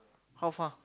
how far